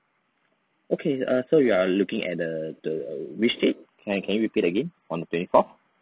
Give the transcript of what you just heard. okay err so you are looking at the the which date can can you repeat again on the twenty fourth